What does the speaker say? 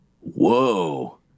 Whoa